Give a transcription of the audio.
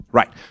right